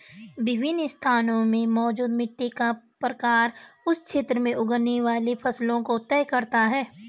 विभिन्न स्थानों में मौजूद मिट्टी का प्रकार उस क्षेत्र में उगने वाली फसलों को तय करता है